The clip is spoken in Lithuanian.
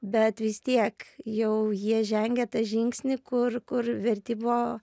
bet vis tiek jau jie žengė tą žingsnį kur kur verti buvo